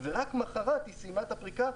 ורק למוחרת היא סיימה את הפריקה,